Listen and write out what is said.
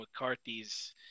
McCarthy's